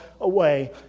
away